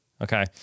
Okay